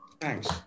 Thanks